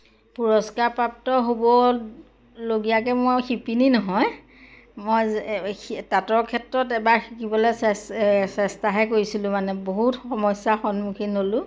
পুৰস্কাৰ প্ৰাপ্ত হ'বলগীয়াকে মই শিপিনী নহয় মই তাঁতৰ ক্ষেত্ৰত এবাৰ শিকিবলে চে চেষ্টাহে কৰিছিলোঁ মানে বহুত সমস্যাৰ সন্মুখীন হ'লোঁ